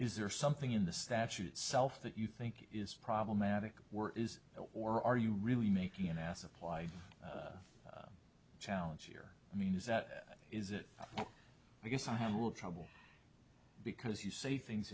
is there something in the statute itself that you think is problematic were is or are you really making an ass apply challenge here i mean is that is it i guess i have a little trouble because you see things